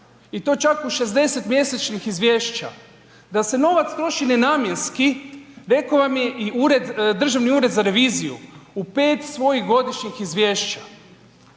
i to čak u 60 mjesečnih izvješća. Da se novac troši nenamjenski rekao vam je i Državni ured za reviziju u 5 svojih godišnjih izvješća.